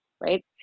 Right